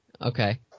Okay